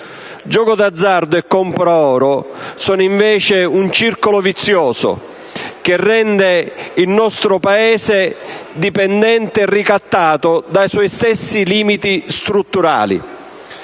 gioco d'azzardo e compra-oro sono invece un circolo vizioso che rende il nostro Paese dipendente e ricattato dai suoi stessi limiti strutturali.